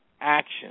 action